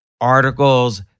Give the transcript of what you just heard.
articles